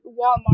Walmart